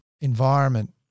environment